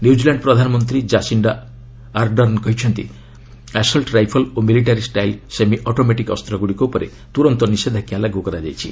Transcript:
New Zealand ପ୍ରଧାନମନ୍ତ୍ରୀ Jacinda Ardern କହିଛନ୍ତି assault rifle ଓ ମିଲିଟାରୀ ଷ୍ଟାଇଲ୍ ସେମି ଅଟୋମିଟିକ୍ ଅସ୍ତଗୁଡ଼ିକ ଉପରେ ତୁରନ୍ତ ନିଷେଧାଜ୍ଞା ଲାଗୁ କରାଯାଇଛି